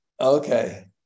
Okay